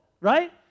right